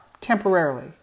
temporarily